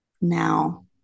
now